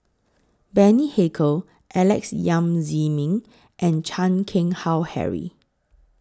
Bani Haykal Alex Yam Ziming and Chan Keng Howe Harry